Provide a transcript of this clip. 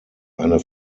eine